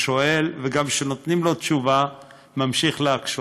ושואל, וגם כשנתונים לו תשובה הוא ממשיך להקשות.